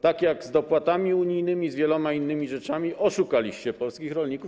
Tak jak z dopłatami unijnymi, z wieloma innymi rzeczami, oszukaliście polskich rolników.